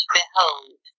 behold